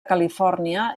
califòrnia